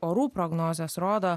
orų prognozės rodo